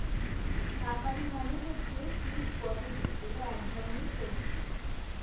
শাক আলু মানে হচ্ছে স্যুইট পটেটো যেটা এক ধরনের সবজি